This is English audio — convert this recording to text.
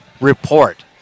report